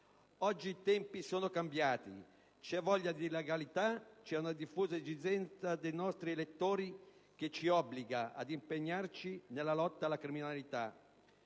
Oggi i tempi sono cambiati, c'è voglia di legalità e c'è una diffusa esigenza dei nostri elettori che ci obbliga ad impegnarci nella lotta alla criminalità.